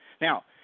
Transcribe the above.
Now